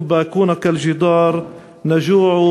על לבבותיכם, נשארים כגדר / נרעב.